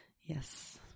yes